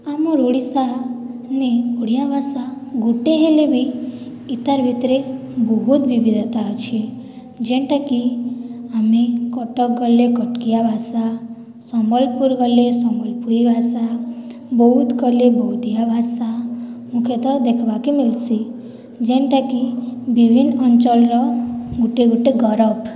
ଆମର ଓଡ଼ିଶାନେ ଓଡ଼ିଆ ଭାଷା ଗୋଟେ ହେଲେ ବି ଏଇତାର ଭିତରେ ବହୁତ୍ ବିବିଧତା ଅଛି ଯେନ୍ଟାକି ଆମେ କଟକ ଗଲେ କଟକିଆ ଭାଷା ସମ୍ବଲପୁର ଗଲେ ସମ୍ବଲପୁରୀ ଭାଷା ବୌଦ୍ଧ ଗଲେ ବୌଦ୍ଧିଆ ଭାଷା ମୁଖ୍ୟତଃ ଦେଖିବାକେ ମିଳିଛି ଯେନ୍ଟାକି ବିଭିନ୍ନ ଅଞ୍ଚଳର ଗୋଟେ ଗୋଟେ ଗରବ